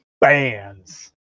Bands